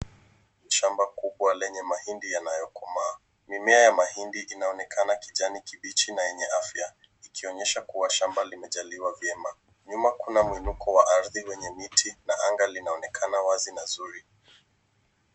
Shamba kubwa lenye mahindi yanayokomaa. Mimea ya mahindi inaonekana kijani kibichi na yenye afya, ikionyesha kuwa shamba limejaliwa vyema. Nyuma kuna mwinuko wa ardhi wenye miti na anga linaonekana wazi na zuri.